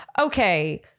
Okay